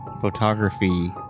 photography